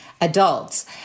adults